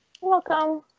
Welcome